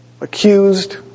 accused